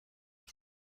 کنم